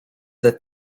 that